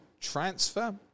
transfer